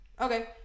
Okay